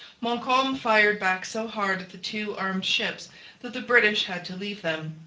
montcalm fired back so hard at the two armed ships that the british had to leave them.